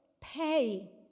pay